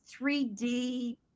3D